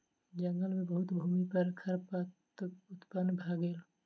जंगल मे बहुत भूमि पर खरपात उत्पन्न भ गेल